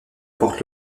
porte